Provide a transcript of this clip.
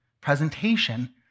presentation